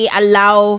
allow